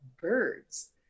birds